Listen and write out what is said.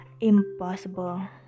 impossible